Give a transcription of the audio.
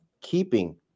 keeping